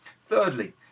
Thirdly